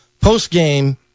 Post-game